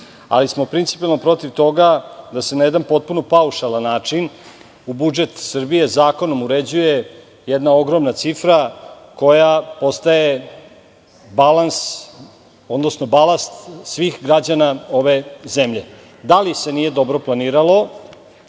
smo protiv toga da se na jedan potpuno paušalan način u budžet Srbije, zakonom uređuje jedna ogromna cifra koja ostaje balans, odnosno balast svih građana ove zemlje. Da li se nije dobro planiralo